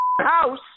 house